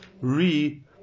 re